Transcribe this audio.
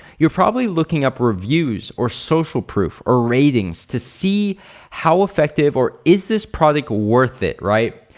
you're probably looking up reviews or social proof or ratings to see how effective or is this product worth it, right?